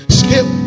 skip